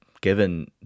given